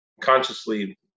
consciously